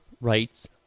rights